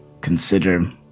consider